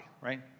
Right